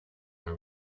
rode